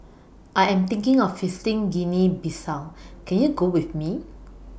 I Am thinking of visiting Guinea Bissau Can YOU Go with Me